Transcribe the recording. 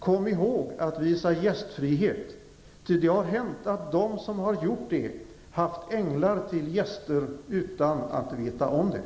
Kom ihåg att visa gästfrihet, ty det har hänt att de som har gjort det haft änglar till gäster utan att veta om det.''